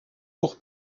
pour